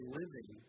living